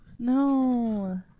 No